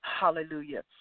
Hallelujah